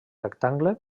rectangle